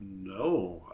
No